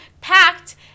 packed